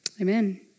Amen